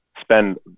spend